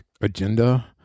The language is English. agenda